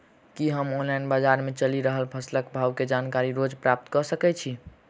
की हम ऑनलाइन, बजार मे चलि रहल फसलक भाव केँ जानकारी रोज प्राप्त कऽ सकैत छी?